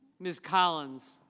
ms. collins.